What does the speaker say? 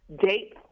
date